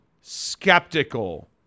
skeptical